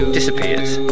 disappears